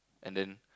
and then